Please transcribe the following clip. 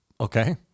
Okay